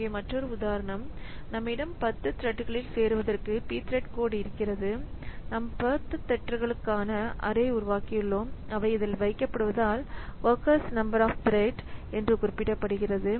இங்கே மற்றொரு உதாரணம் நம்மிடம் 10 த்ரெட்களில் சேர்வதற்கு pthread கோட் இருக்கிறது நாம் 10 த்ரெட்களுக்கான அரே உருவாக்கியுள்ளோம் அவை இதில் வைக்கப்படுவதால் ஒர்க்கர்ஸ் நம்பர் ஆப் த்ரெட் என்று குறிப்பிடப்படுகிறது